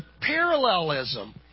parallelism